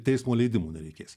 teismo leidimų nereikės